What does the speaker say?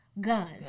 guns